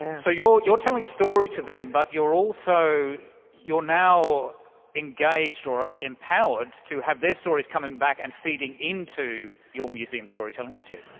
so you're telling a story to them, but you're also you're now engaged or empowered to have their stories coming back and feeding into your museum story telling aren't you?